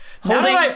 Holding